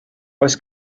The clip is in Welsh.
oes